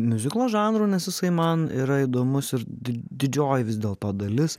miuziklo žanru nes jisai man yra įdomus ir didžioji vis dėlto dalis